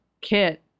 Kit